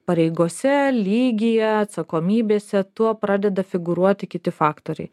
pareigose lygyje atsakomybėse tuo pradeda figūruoti kiti faktoriai